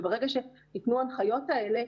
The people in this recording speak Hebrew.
וברגע שניתנו ההנחיות האלה,